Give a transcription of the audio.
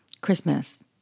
Christmas